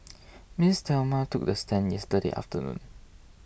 Ms Thelma took the stand yesterday afternoon